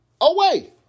away